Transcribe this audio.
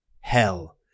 Hell